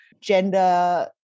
gender